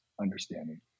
understanding